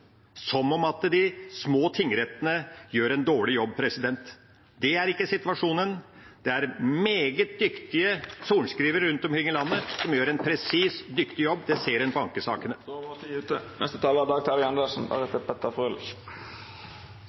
som om de små tingrettene gjør en dårlig jobb. Det er ikke situasjonen. Det er meget dyktige sorenskrivere rundt omkring i landet, som gjør en presis og god jobb. Det ser en på ankesakene. Jeg ble nødt til å ta ordet i og med at jeg ble utfordret av representanten Frølich,